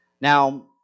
Now